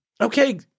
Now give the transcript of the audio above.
Okay